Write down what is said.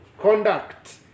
conduct